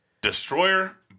Destroyer